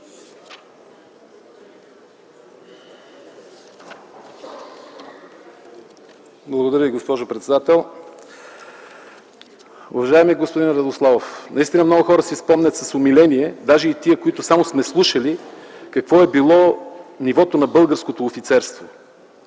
Благодаря, госпожо председател. Уважаеми господин Радославов, наистина много хора си спомнят с умиление, даже и тези, които само сме слушали, какво е било нивото на българското офицерство